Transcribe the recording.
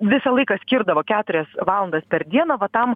visą laiką skirdavo keturias valandas per dieną va tam